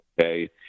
okay